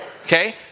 Okay